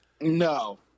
No